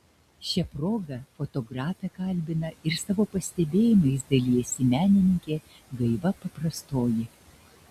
šia proga fotografę kalbina ir savo pastebėjimais dalijasi menininkė gaiva paprastoji